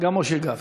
גם משה גפני.